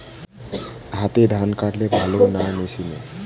হাতে ধান কাটলে ভালো না মেশিনে?